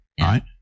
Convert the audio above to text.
right